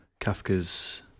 Kafka's